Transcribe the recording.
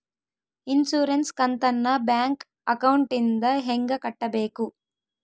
Insurance ಕಂತನ್ನ bank ಅಕೌಂಟಿಂದ ಹೆಂಗ ಕಟ್ಟಬೇಕು?